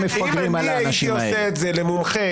מותר לשאול מומחה.